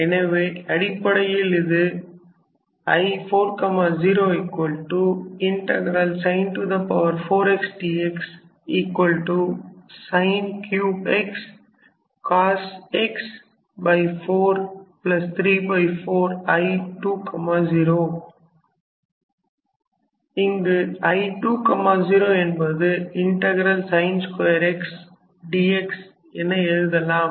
எனவே அடிப்படையில் இது இங்கு I2 0 என்பதை sin 2 x dx என எழுதலாம்